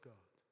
God